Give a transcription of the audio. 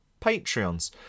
Patreons